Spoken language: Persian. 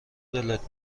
دلت